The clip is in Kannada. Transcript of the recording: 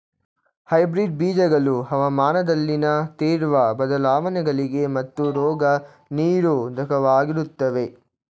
ಹೈಬ್ರಿಡ್ ಬೀಜಗಳು ಹವಾಮಾನದಲ್ಲಿನ ತೀವ್ರ ಬದಲಾವಣೆಗಳಿಗೆ ಮತ್ತು ರೋಗ ನಿರೋಧಕವಾಗಿರುತ್ತವೆ